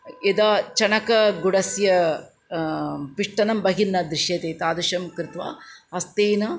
यदा चणकगुडस्य पिष्टनं बहिर्न दृश्यते तादृशं कृत्वा हस्तेन